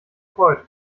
freut